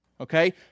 Okay